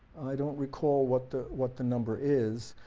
i don't recall what the what the number is,